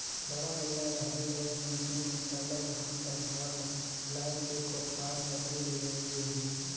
गाड़ा बइला रहें ले मइनसे मन सरलग धान कर भार ल लाएद के कोठार कती लेइजें